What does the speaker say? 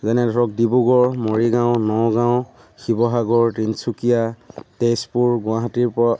যেনে ধৰক ডিব্ৰুগড় মৰিগাঁও নগাঁও শিৱসাগৰ তিনিচুকীয়া তেজপুৰ গুৱাহাটীৰ পৰা